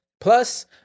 Plus